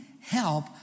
help